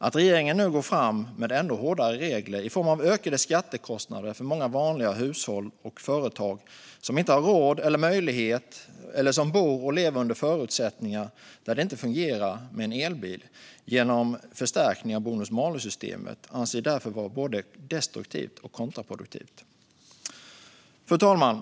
Att regeringen genom en förstärkning av bonus-malus-systemet nu går fram med ännu hårdare regler med ökade skattekostnader för många helt vanliga hushåll och företag som inte har råd och möjlighet eller som bor och lever under förutsättningar där det inte fungerar med en elbil anser vi vara både destruktivt och kontraproduktivt. Fru talman!